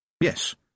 yes